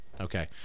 Okay